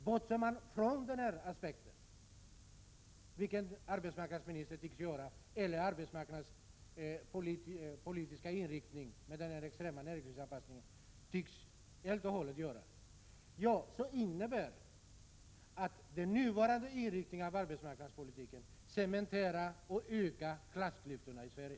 Bortser man från den aspekten, vilket arbetsmarknadsministern tycks göra och som också den arbetsmarknadspolitiska inriktningen mot extrem näringslivsanpassning helt och hållet gör, innebär det att den nuvarande inriktningen av arbetsmarknadspolitiken cementerar och ökar klassklyftorna i Sverige.